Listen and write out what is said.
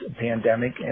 pandemic